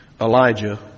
Elijah